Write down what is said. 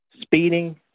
speeding